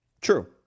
True